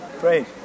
Great